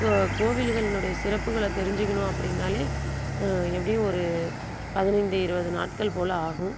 கோ கோவில்களினுடைய சிறப்புகளை தெரிஞ்சுக்கணும் அப்படினாலே எப்படியும் ஒரு பதினைந்து இருபது நாட்கள் போல ஆகும்